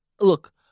look